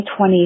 20